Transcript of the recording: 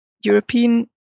European